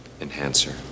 enhancer